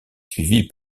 suivie